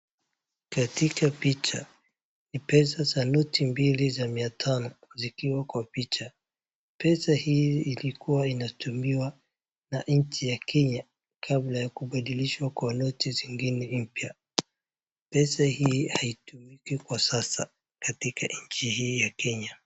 Katika picha ni pesa za noti mbili za mia tano zikiwa picha. Pesa hii ilikuwa inatumiwa na nchi ya Kenya kabla ya kubadilishwa kwa noti zingine mpya. Pesa hii haitumiki kwa sasa katika nchi hii ya Kenya.